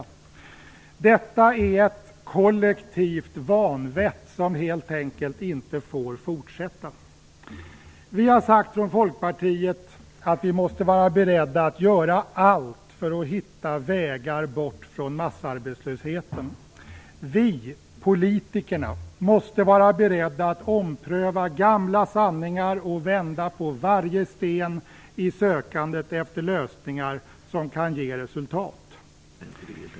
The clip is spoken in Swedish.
Detta är ett kollektivt vanvett som helt enkelt inte får fortsätta. Vi har sagt från Folkpartiet att vi måste vara beredda att göra allt för att hitta vägar bort från massarbetslösheten. Vi, politikerna, måste vara beredda att ompröva gamla sanningar och vända på varje sten i sökandet efter lösningar som kan ge resultat.